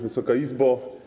Wysoka Izbo!